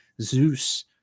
Zeus